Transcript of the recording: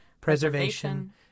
preservation